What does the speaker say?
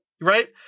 right